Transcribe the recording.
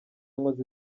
nkozi